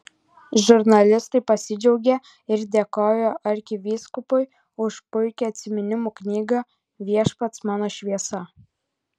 žurnalistai pasidžiaugė ir dėkojo arkivyskupui už puikią atsiminimų knygą viešpats mano šviesa